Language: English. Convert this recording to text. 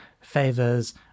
favors